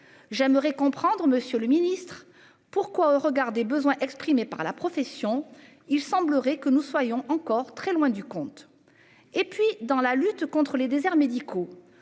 J'aimerais comprendre Monsieur le Ministre pourquoi au regard des besoins exprimés par la profession. Il semblerait que nous soyons encore très loin du compte. Et puis dans la lutte contre les déserts médicaux.